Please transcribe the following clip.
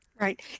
Right